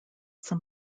some